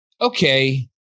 okay